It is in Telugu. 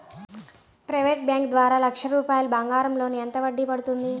ప్రైవేట్ బ్యాంకు ద్వారా లక్ష రూపాయలు బంగారం లోన్ ఎంత వడ్డీ పడుతుంది?